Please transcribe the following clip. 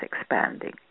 expanding